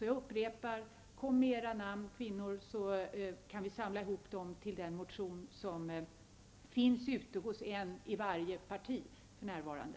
Jag upprepar: Kom med era namn, kvinnor, så kan vi samla ihop dem till den motion som finns ute i varje parti för närvarande!